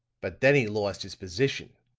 but then he lost his position.